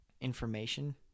information